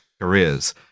careers